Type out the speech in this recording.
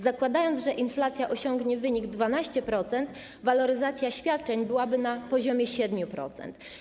Przy założeniu, że inflacja osiągnie wynik 12%, waloryzacja świadczeń byłaby na poziomie 7%.